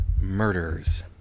Murders